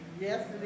Yes